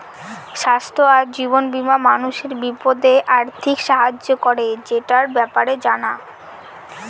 স্বাস্থ্য আর জীবন বীমা মানুষের বিপদে আর্থিক সাহায্য করে, সেটার ব্যাপারে জানা